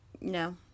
No